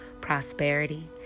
prosperity